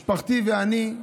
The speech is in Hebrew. משפחתי ואני,